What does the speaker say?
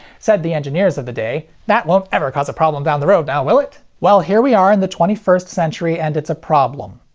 said the engineers of the day, that won't ever cause a problem down the road, ah will it? well here we are in the twenty first century and it's a problem.